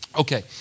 Okay